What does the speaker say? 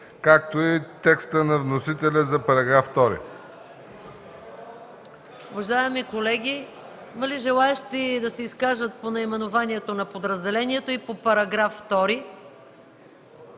както и текста на вносителя за § 2.